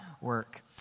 work